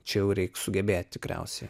čia jau reik sugebėti tikriausiai